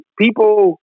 people